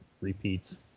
repeats